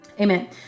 Amen